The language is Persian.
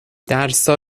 درسا